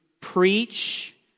preach